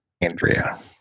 andrea